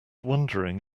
wondering